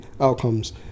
outcomes